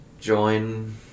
join